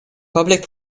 public